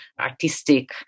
artistic